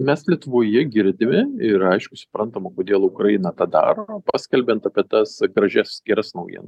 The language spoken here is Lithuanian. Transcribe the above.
mes lietuvoje girdime ir aišku suprantama kodėl ukraina tą daro paskelbiant apie tas gražias geras naujien